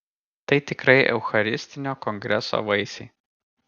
tai tikrai eucharistinio kongreso vaisiai